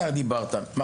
יובל,